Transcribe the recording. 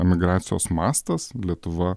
emigracijos mastas lietuva